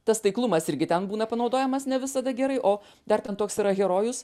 tas taiklumas irgi ten būna panaudojamas ne visada gerai o dar ten toks yra herojus